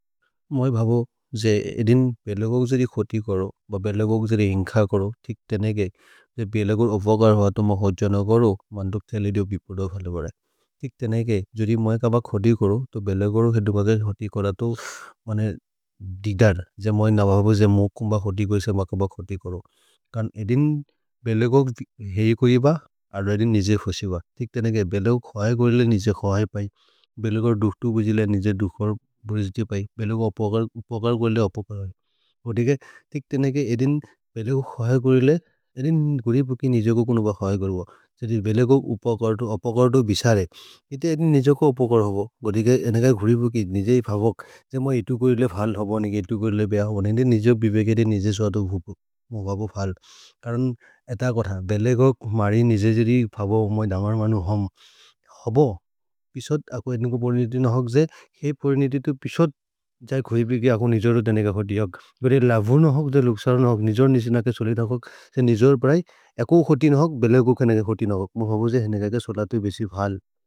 मैं भाभो जे इ दिन बेलेगोग जेरी खोटी करो बा बेलेगोग जेरी हिंखा करो ठीक तेने के जे बेलेगोग अभवागार होगा तो मैं होजजनो करो मां तोप थेले दे। विपरदो भाले बड़ा ठीक तेने के जोड़ी मैं का बाग खोटी करो तो बेलेगोग हे दुबागे खोटी करा तो मने डिदार जे मैं नभाभो जे मो कुम बाग खोटी करी से मां का बाग खोटी करो। तीक तेने के बेलेगोग है कोई बा आड़ा दिन निज़े फसी बा ठीक तेने के बेलेगोग खोई करेले निज़े खोई पाई बेलेगोग दुफ्टू बुझिले निज़े दुफ़वर बुझिले पाई बेलेगोग अपकर करेले। अपकर होगे तीक तेने के बेलेगोग है कोई बा अड़ा दिन निज़े फसी बा अपकर होगे तीक तेने के बेलेगोग है कोई बा अड़ा दिन निज़े फसी बुझिले तीक तेने के बेलेगोग है। कोई बा अपकर होगे तीक तेने के बेलेगोग है कोई बा अपकर होगे तीक ते बेरे लावुन होग दे लुक्सरन होग निज़र निशिना के सुलिध होग ते निज़र पराई एको खोटीन होग बेलेगोग है। नेके खोटीन होग मुझे भोजे है नेके के सुलिधा तो बेसी भाल।